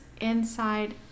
inside